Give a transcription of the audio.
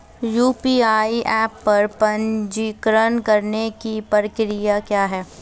UPI app पर पंजीकरण करने की प्रक्रिया क्या है?